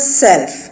self